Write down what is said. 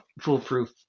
foolproof